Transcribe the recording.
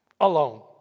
Alone